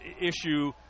issue